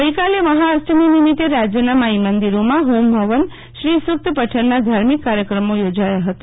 ગઈકાલે મહાષ્ઠમી નિમિતે રાજ્યના માઈમંદિરોમાં હોમ હવનશ્રી સૂક્ત પઠનનાં ધાર્મિક કાર્યક્રમો યોજાય હતા